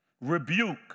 Rebuke